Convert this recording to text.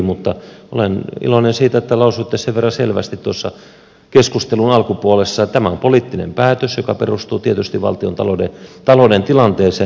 mutta olen iloinen siitä että lausuitte sen verran selvästi tuossa keskustelun alkupuolella että tämä on poliittinen päätös joka perustuu tietysti valtiontalouden tilanteeseen